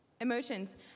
emotions